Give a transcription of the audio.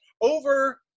over